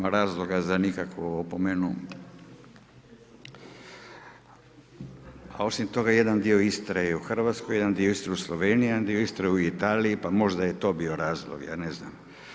Nema razloga za nikakvu opomenu a osim toga jedan dio Istre je u Hrvatskoj, jedan dio Istre u Sloveniji a jedan dio Istre u Italiji pa možda je to bio razlog, ja ne znam.